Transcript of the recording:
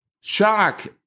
shock